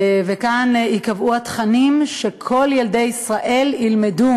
וכאן ייקבעו התכנים שכל ילדי ישראל ילמדו